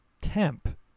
temp